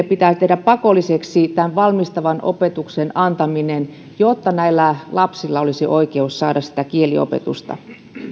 pitää tehdä pakolliseksi valmistavan opetuksen antaminen jotta näillä lapsilla olisi oikeus saada sitä kieliopetusta